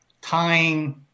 tying